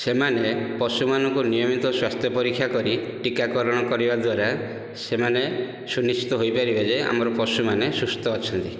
ସେମାନେ ପଶୁମାନଙ୍କୁ ନିୟମିତ ସ୍ୱାସ୍ଥ୍ୟ ପରୀକ୍ଷା କରି ଟୀକାକରଣ କରିବା ଦ୍ୱାରା ସେମାନେ ସୁନିଶ୍ଚିତ ହୋଇପାରିବେ ଯେ ଆମର ପଶୁମାନେ ସୁସ୍ଥ ଅଛନ୍ତି